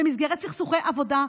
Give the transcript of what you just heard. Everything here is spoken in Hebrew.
או במסגרת סכסוכי עבודה,